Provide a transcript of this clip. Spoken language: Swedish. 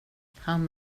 han